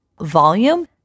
volume